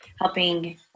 helping